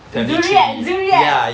zuriat zuriat